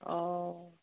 অ